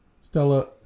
stella